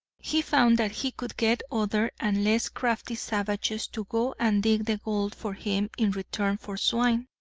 he found that he could get other and less crafty savages to go and dig the gold for him in return for swine.